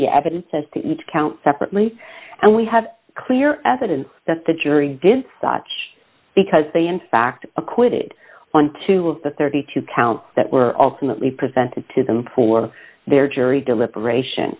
the evidence as to each count separately and we have clear evidence that the jury did such because they in fact acquitted on two of the thirty two dollars counts that were also mostly presented to them for their jury deliberation